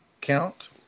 count